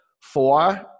Four